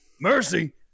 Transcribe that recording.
Mercy